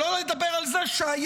שלא לדבר על זה שהיום,